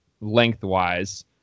lengthwise